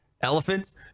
Elephants